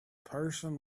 person